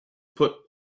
put